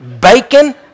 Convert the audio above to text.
bacon